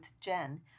Jen